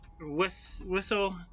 whistle